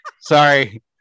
Sorry